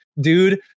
dude